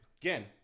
Again